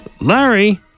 Larry